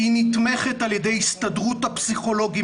היא נתמכת על ידי הסתדרות הפסיכולוגים